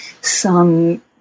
sung